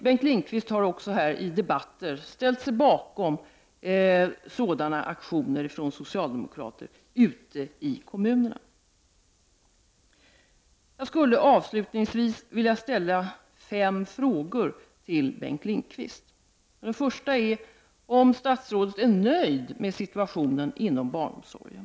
Bengt Lindqvist har här i debatten ställt sig bakom sådana aktioner från socialdemokraterna ute i kommunerna. Jag vill avslutningsvis ställa fem frågor till Bengt Lindqvist. För det första: Är statsrådet nöjd med situationen inom barnomsorgen?